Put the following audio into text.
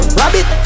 rabbit